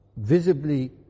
visibly